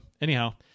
anyhow